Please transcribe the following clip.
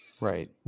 Right